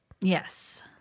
Yes